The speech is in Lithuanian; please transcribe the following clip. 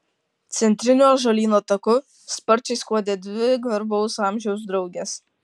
centriniu ąžuolyno taku sparčiai skuodė dvi garbaus amžiaus draugės